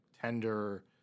tender